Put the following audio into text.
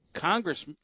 Congress